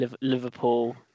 Liverpool